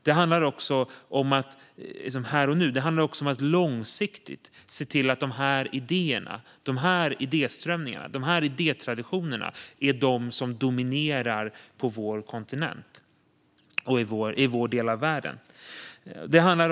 Det handlar också om att långsiktigt se till att dessa idéströmningar och idétraditioner är de dominerande på vår kontinent och i vår del av världen.